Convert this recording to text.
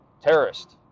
terrorist